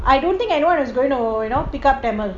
I don't think anyone is going you know pick up tamil